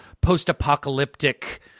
post-apocalyptic